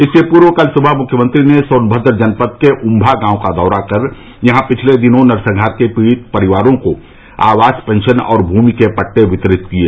इससे पूर्व कल सुबह मुख्यंत्री ने सोनमद्र जनपद में उम्मा गांव का दौरा कर यहां पिछले दिनों नरसंहार के पीड़ित परिवारों को आवास पेंशन और भूमि के पट्टे वितरित किये